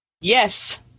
Yes